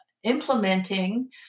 implementing